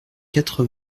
quatre